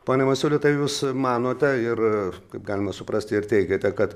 pone masiuli tai jūs manote ir kaip galima suprasti ir teigiate kad